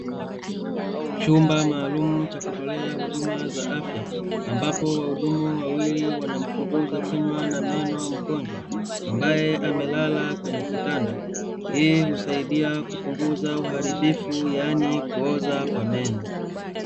Chumba maalumu cha kutolea huduma za afya, ambapo wahudumu wawili wanamchunguza kinywa na meno mgonjwa, ambaye amelala kwenye kitanda. Hii usaidia kupunguza uharibifu yaani kuuoza kwa meno.